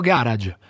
Garage